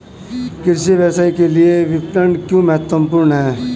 कृषि व्यवसाय के लिए विपणन क्यों महत्वपूर्ण है?